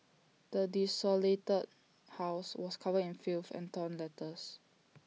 the desolated house was covered in filth and torn letters